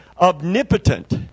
omnipotent